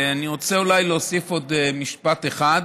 אני רוצה אולי להוסיף עוד משפט אחד,